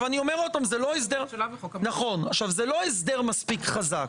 זה לא הסדר מספיק חזק,